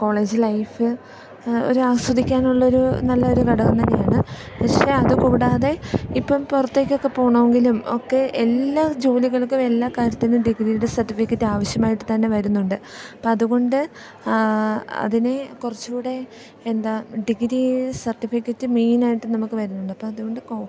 college life ഒരു ആസ്വദിക്കാനുള്ള ഒരു നല്ല ഒരു ഘടകം തന്നെയാണ് പക്ഷെ അത് കൂടാതെ ഇപ്പം പുറത്തേക്കൊക്കെ പോകണമെങ്കിലും ഒക്കെ എല്ലാ ജോലികൾക്കും എല്ലാ കാര്യത്തിനും ഡിഗ്രിയുടെ സർട്ടിഫിക്കറ്റ് ആവശ്യമായിട്ട് തന്നെ വരുന്നുണ്ട് അപ്പം അതുകൊണ്ട് ആ അതിനെ കുറച്ചും കൂടെ എന്താണ് ഡിഗ്രി സർട്ടിഫിക്കറ്റ് മെയിനായിട്ട് നമുക്ക് വരുന്നുണ്ട് അപ്പം അതുകൊണ്ട്